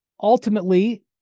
ultimately